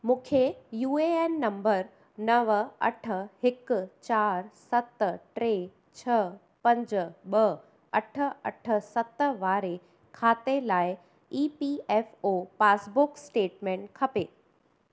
मूंखे U A N number नव अठ हिक चारि सत टे छह पंज ॿ अठ अठ सत वारे खाते लाइ E P F O passbook statement खपे